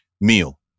meal